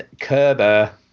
Kerber